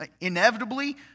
inevitably